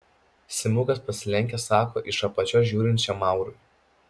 simukas pasilenkęs sako iš apačios žiūrinčiam maurui